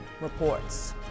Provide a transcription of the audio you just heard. reports